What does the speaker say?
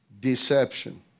deception